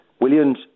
Williams